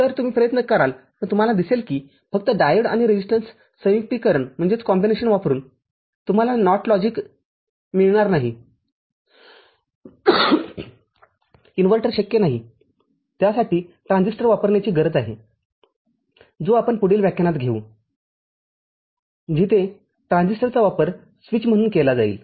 तरतुम्ही प्रयत्न कराल पण तुम्हाला दिसेल की फक्त डायोड आणि रेजिस्टन्स संयुक्तिकरण वापरुन तुम्हाला NOT लॉजिकमिळणार नाहीइन्व्हर्टर शक्य नाहीत्यासाठी ट्रान्झिस्टर वापरण्याची गरज आहे जो आपण पुढील व्याख्यानात घेऊ जिथे ट्रान्झिस्टरचा वापर स्विचम्हणून केला जाईल